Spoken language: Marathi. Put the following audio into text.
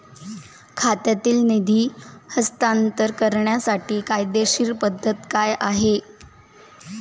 खात्यातील निधी हस्तांतर करण्याची कायदेशीर पद्धत काय आहे?